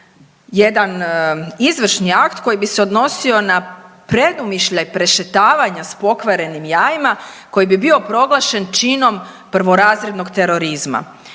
jedan izvršni akt koji bi se odnosio na predumišljaj prešetavanja s pokvarenim jajima koji bi bio proglašen činom prvorazrednog terorizma